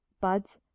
buds